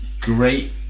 great